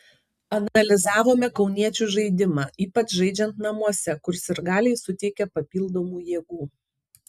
analizavome kauniečių žaidimą ypač žaidžiant namuose kur sirgaliai suteikia papildomų jėgų